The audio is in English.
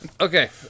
Okay